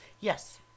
yes